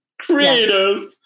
creative